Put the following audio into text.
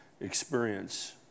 experience